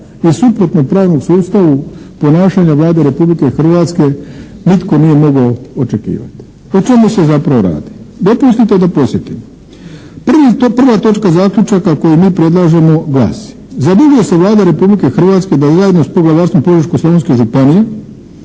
i suprotnog pravnom sustavu ponašanja Vlade Republike Hrvatske nitko nije mogao očekivati. O čemu se zapravo radi? Dopustite da podsjetim, prva točka zaključaka koje mi predlažemo glasi: "Zadužuje se Vlada Republike Hrvatske da zajedno s poglavarstvom Požeško-slavonske županije